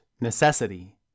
necessity